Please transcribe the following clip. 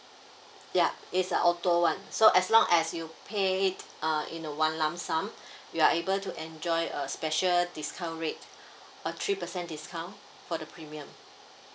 ya it's a auto one so as long as you pay it uh in a one lump sum you are able to enjoy a special discount rate a three percent discount for the premium